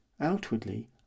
outwardly